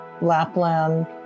Lapland